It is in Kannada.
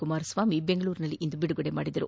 ಕುಮಾರಸ್ವಾಮಿ ಬೆಂಗಳೂರಿನಲ್ಲಿಂದು ಬಿಡುಗಡೆ ಮಾಡಿದರು